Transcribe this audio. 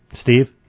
Steve